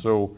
so